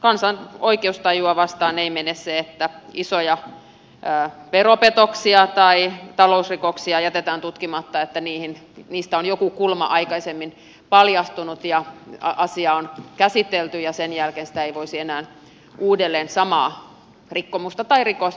kansan oikeustajua vastaan menee se että isoja vero petoksia tai talousrikoksia jätetään tutkimatta että niistä on joku kulma aikaisemmin paljastunut ja asiaa on käsitelty ja sen jälkeen ei voisi enää uudelleen samaa rikkomusta tai rikosta tutkia